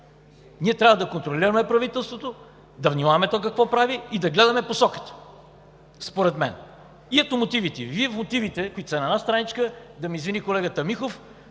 ние трябва да контролираме правителството, да внимаваме то какво прави и да гледаме посоката. Ето мотивите. Вие в мотивите, които са на една страничка – да ме извини колегата Михов,